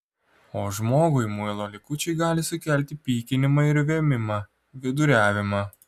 o žmogui muilo likučiai gali sukelti pykinimą ir vėmimą viduriavimą